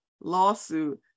lawsuit